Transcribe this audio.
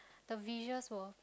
the visuals were